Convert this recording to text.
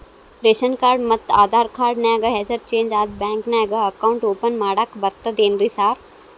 Ration card ಮತ್ತ Aadhaar card ನ್ಯಾಗ ಹೆಸರು ಚೇಂಜ್ ಅದಾ ಬ್ಯಾಂಕಿನ್ಯಾಗ ಅಕೌಂಟ್ ಓಪನ್ ಮಾಡಾಕ ಬರ್ತಾದೇನ್ರಿ ಸಾರ್?